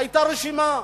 היתה רשימה.